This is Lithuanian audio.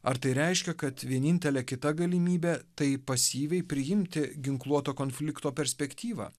ar tai reiškia kad vienintelė kita galimybė tai pasyviai priimti ginkluoto konflikto perspektyvą